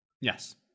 yes